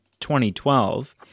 2012